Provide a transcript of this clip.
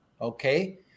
okay